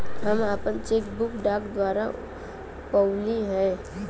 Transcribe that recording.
हम आपन cheque book डाक द्वारा पउली है